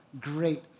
great